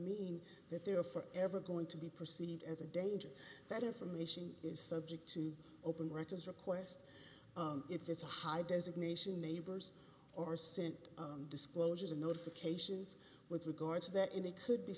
mean that they are for ever going to be perceived as a danger that information is subject to open records request if it's a high designation neighbors are sent disclosures and notifications with regard to that in it could be